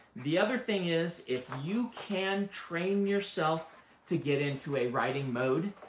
the other thing is, if you can train yourself to get into a writing mode,